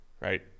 right